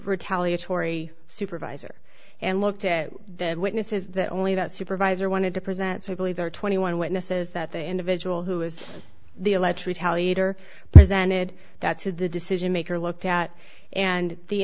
retaliatory supervisor and looked at the witnesses that only that supervisor wanted to present so i believe there are twenty one witnesses that the individual who is the electorate tallied or presented that to the decision maker looked at and the